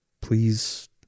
please